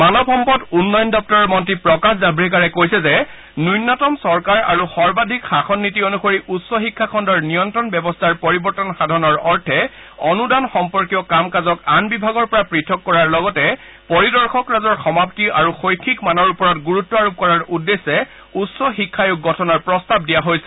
মানৱ সম্পদ উন্নয়ণ দপ্তৰৰ মন্ত্ৰী প্ৰকাশ জাভ্ৰেকাৰে কৈছে যে ন্যনতম চৰকাৰ আৰু সৰ্বাধিক শাসন নীতি অনুসৰিয়ে উচ্চ শিক্ষা খণ্ডৰ নিয়ন্ত্ৰণ ব্যৱস্থাৰ পৰিবৰ্তন সাধনৰ অৰ্থে অনুদান সম্পৰ্কীয় কাম কাজক আন বিভাগৰ পৰা পৃথক কৰাৰ লগতে পৰিদৰ্শক ৰাজৰ সমাপ্তি আৰু শৈক্ষিক মানৰ ওপৰত গুৰুত্ব আৰোপ কৰাৰ উদ্দেশ্যে উচ্চ শিক্ষা আয়োগ গঠনৰ প্ৰস্তাৱ দিয়া হৈছে